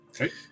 Okay